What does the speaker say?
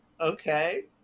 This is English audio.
okay